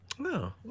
No